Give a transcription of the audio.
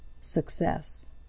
success